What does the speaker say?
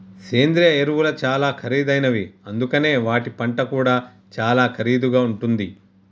సేంద్రియ ఎరువులు చాలా ఖరీదైనవి అందుకనే వాటి పంట కూడా చాలా ఖరీదుగా ఉంటుంది